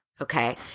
Okay